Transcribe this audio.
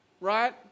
right